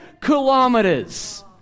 kilometers